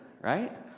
right